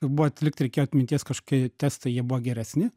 buvo atlikt reikėjo atminties kažkokie testai jie buvo geresni